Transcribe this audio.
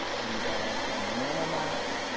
and then our normal maps.